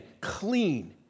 clean